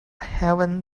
heaven